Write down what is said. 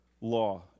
law